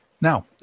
Now